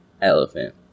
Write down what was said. Elephant